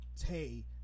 Tay